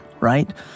right